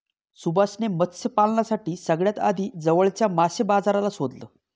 सुभाष ने मत्स्य पालनासाठी सगळ्यात आधी जवळच्या मासे बाजाराला शोधलं